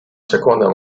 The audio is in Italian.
seconda